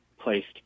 placed